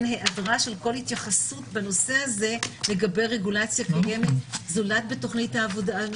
היעדרה של כל התייחסות בנושא הזה לגבי רגולציה קיימת זולת בתוכנית העובדה.